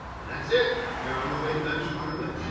that's it! you're on you're way to better, smarter, liquor!